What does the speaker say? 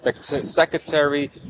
Secretary